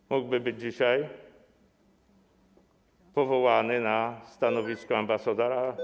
Czy mógłby być dzisiaj powołany na stanowisko ambasadora?